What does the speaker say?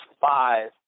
five